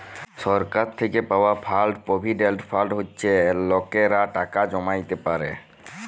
সরকার থ্যাইকে পাউয়া fund provident fund হছে লকেরা টাকা জ্যমাইতে পারে